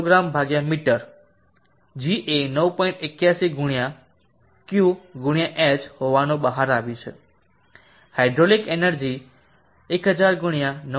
81 ગુણ્યા Q ગુણ્યા h હોવાનું બહાર આવ્યું છે હાઇડ્રોલિક એનર્જી 1000 × 9